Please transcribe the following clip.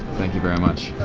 thank you very much.